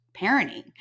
parenting